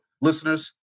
listeners